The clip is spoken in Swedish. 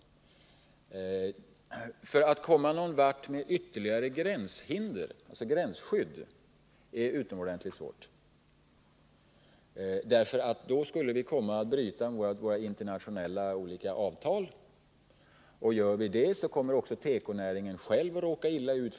Det är utomordentligt svårt att komma någon vart med ytterligare gränshinder, gränsskydd. Då skulle vi komma att bryta våra internationella avtal. Gör vi det, kommer också tekonäringen själv att råka illa ut.